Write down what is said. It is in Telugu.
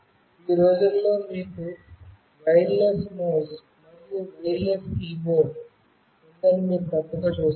ఈ రోజుల్లో మీరు వైర్లెస్ మౌస్ మరియు వైర్లెస్ కీబోర్డ్ ఉందని మీరు తప్పక చూసారు